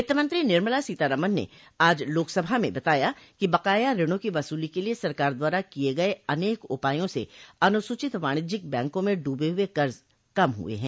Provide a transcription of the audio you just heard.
वित्तमंत्री निर्मला सीतारामन ने आज लोकसभा में बताया कि बकाया ऋणों की वसूली के लिए सरकार द्वारा किए गए अनेक उपायों से अनुसूचित वाणिज्यिक बैंकों में डूबे हुए कर्ज कम हुए हैं